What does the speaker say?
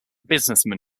businessman